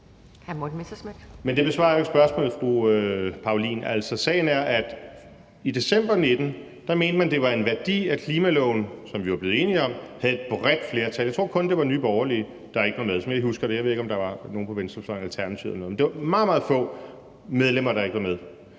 Det besvarer jo ikke spørgsmålet, fru Anne Paulin. Sagen er, at man i december 2019 mente, at det var en værdi, at klimaloven, som vi var blevet enige om, havde et bredt flertal. Jeg tror kun, det var Nye Borgerlige, der ikke var med – jeg ved ikke, om der var nogle på venstrefløjen, som f.eks. Alternativet, der ikke var med. Det var i hvert fald meget, meget få partier, der ikke var med.